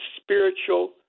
spiritual